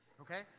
okay